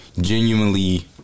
genuinely